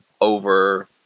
over